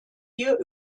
hier